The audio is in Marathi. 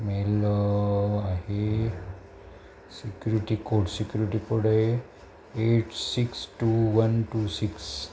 मेल आहे सिक्युरिटी कोड सिक्युरिटी कोड हे eight six two one two six